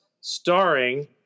starring